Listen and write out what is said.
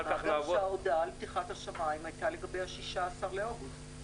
ההודעה על פתיחת השמים הייתה לגבי 16 באוגוסט.